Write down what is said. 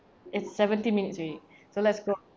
it's seventeen minutes already so let's go